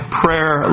prayer